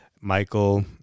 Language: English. Michael